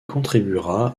contribuera